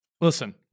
Listen